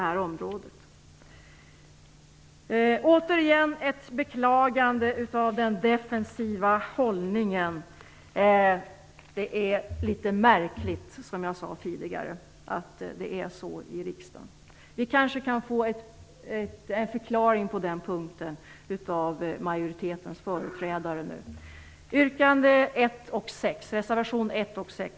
Jag vill återigen beklaga den defensiva hållningen. Det är litet märkligt, som jag tidigare sade, att det är så i riksdagen. Vi kanske nu kan få en förklaring på den punkten av majoritetens företrädare. Jag yrkar bifall till reservationerna 1 och 6.